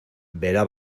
verá